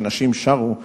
כשנשים שרו,